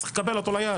צריך לקבל את החוק ליד.